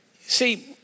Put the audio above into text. See